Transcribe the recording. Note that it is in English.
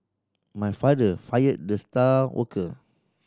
my father fired the star worker